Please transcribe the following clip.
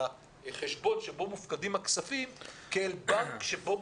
אל החשבון בו מופקדים הכספים כאל בנק שאנחנו